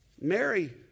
Mary